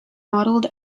modelled